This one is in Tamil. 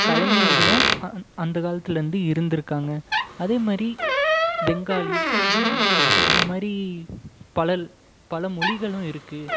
கலைஞர்களும் அந் அந்த காலத்திலேருந்து இருந்திருக்காங்க அதே மாதிரி பெங்காலி ஹிந்தி இந்த மாதிரி பலல் பல மொழிகளும் இருக்குது